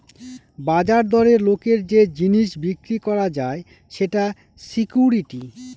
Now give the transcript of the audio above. বাজার দরে লোকের যে জিনিস বিক্রি করা যায় সেটা সিকুইরিটি